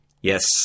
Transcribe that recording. yes